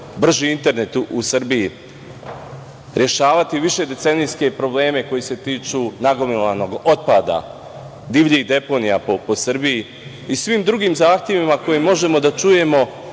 brži internet u Srbiji, rešavati višedecenijske probleme koji se tiču nagomilanog otpada, divljih deponija po Srbiji i svim drugim zahtevima koje možemo da čujemo